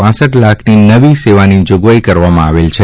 હપ લાખની નવી સેવાની જોગવાઈ કરવામાં આવેલ છે